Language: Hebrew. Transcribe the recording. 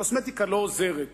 קוסמטיקה לא עוזרת